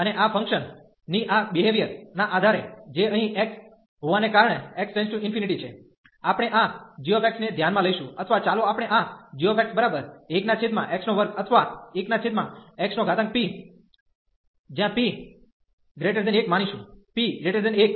અને આ ફંક્શન ની આ બીહેવીઅર ના આધારે જે અહીં x હોવાને કારણે x→∞ છે આપણે આ g ને ધ્યાનમાં લઈશું અથવા ચાલો આપણે આ gx1x2અથવા 1xpp1 માનીશું p 1